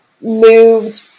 moved